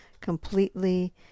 completely